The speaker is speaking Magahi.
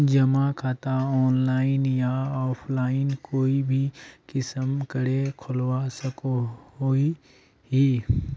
जमा खाता ऑनलाइन या ऑफलाइन कोई भी किसम करे खोलवा सकोहो ही?